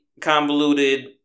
convoluted